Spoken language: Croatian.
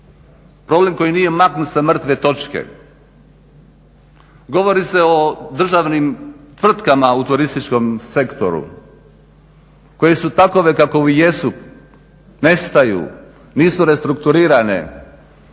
problem koji nije maknut sa mrtve točke. Govori se o državnim tvrtkama u turističkom sektoru koje su takve kakve jesu, nestaju, nisu restrukturirane,